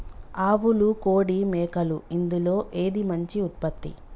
ఆవులు కోడి మేకలు ఇందులో ఏది మంచి ఉత్పత్తి?